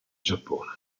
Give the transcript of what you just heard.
giappone